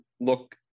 look